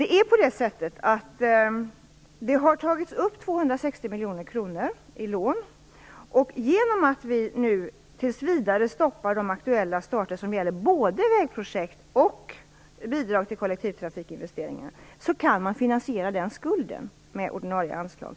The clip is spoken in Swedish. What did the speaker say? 260 miljoner kronor har tagits upp i lån. Genom att vi nu tills vidare stoppar de aktuella starter som gäller både vägprojekt och bidrag till kollektivtrafikinvesteringar kan vi finansiera den skulden med ordinarie anslag.